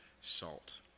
salt